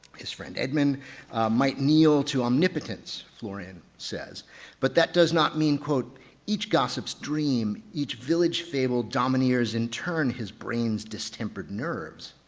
his friend edmund might kneel to omnipotence, florian says but that does not mean each gossips dream, each village fable domineers in turn his brains distempered nerves.